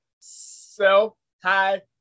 self-high